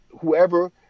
whoever